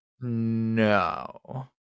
No